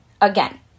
again